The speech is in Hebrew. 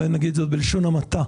אגיד זאת בלשון המעטה: